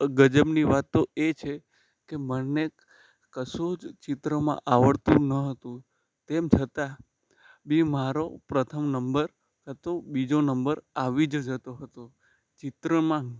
ગજબની વાત તો એ છે કે મને કશું જ ચિત્રમાં આવડતું ન હતું તેમ છતાં બી મારો પ્રથમ નંબર કાં તો બીજો નંબર આવી જ જતો હતો ચિત્રમાં